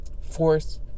force